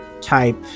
type